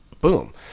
boom